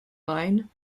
line